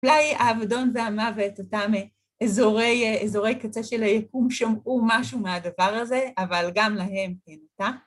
אולי האבדון זה המוות, אותם אזורי קצה של היקום שמעו משהו מהדבר הזה, אבל גם להם אין תא